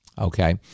okay